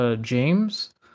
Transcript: James